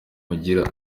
mugira